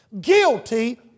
Guilty